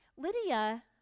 Lydia